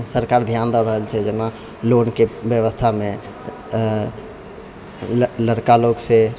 सरकार ध्यान दऽ रहल छै जेना लोनके व्यवस्थामे ल लड़का लोकसँ